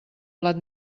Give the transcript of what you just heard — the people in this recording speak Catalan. plat